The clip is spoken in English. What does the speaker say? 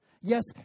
Yes